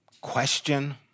question